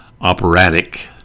operatic